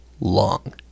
long